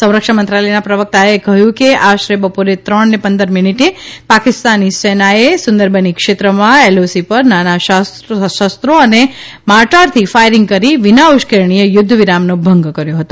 સરક્ષણ મંત્રાલયના પ્રવકતાએ કહ્યુ કે આશરે બપોરે ત્રણ અને પંદર મિનિટે પાકિસ્તાનની સેનાએ સુંદરબની શ્રેત્રમાં એલઓસી પર નાના શસ્ત્રો અને માર્ટારથી ફાઇરિંગ કરી વિના ઉશ્કેરણીએ યુદ્ધ વિરામનો ભંગ કર્યો હતો